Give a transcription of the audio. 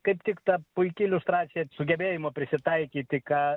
kaip tik ta puiki iliustracija sugebėjimo prisitaikyti ką